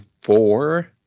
four